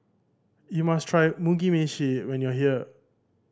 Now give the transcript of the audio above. you must try Mugi Meshi when you are here